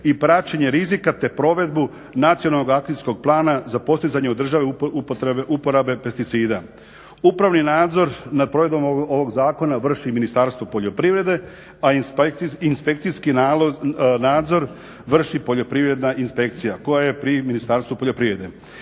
i praćenja rizika te provedbu nacionalnog akcijskog plana za postizanje u državi uporabe pesticida. Upravni nadzor nad provedbom ovog zakona vrši Ministarstvo poljoprivrede a inspekcijski nalaz vrši Poljoprivredna inspekcija koja je pri Ministarstvu poljoprivrede.